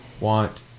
want